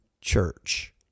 church